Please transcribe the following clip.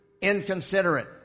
inconsiderate